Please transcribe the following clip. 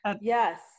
yes